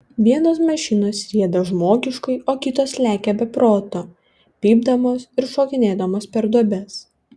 vienos mašinos rieda žmoniškai o kitos lekia be proto pypdamos ir šokinėdamos per duobes